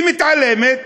היא מתעלמת,